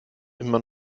immer